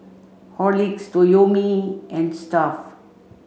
Horlicks Toyomi and Stuff'd